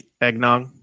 Eggnog